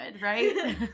right